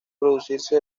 producirse